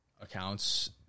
accounts